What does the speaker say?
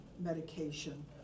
medication